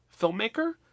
filmmaker